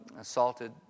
assaulted